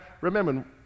Remember